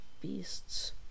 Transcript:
beasts